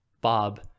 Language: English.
bob